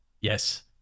Yes